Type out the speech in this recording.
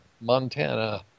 Montana